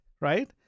right